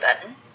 button